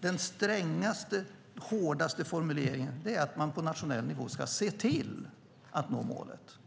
Den hårdaste formuleringen är att man på nationell nivå ska "se till" att nå målet.